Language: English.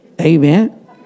Amen